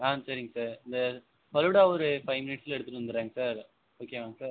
ஆ சரிங்க சார் இந்த ஃபலூடா ஒரு ஃபைவ் மினிட்ஸில் எடுத்துகிட்டு வந்துறேங்க சார் ஓகேவாங்க சார்